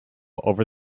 over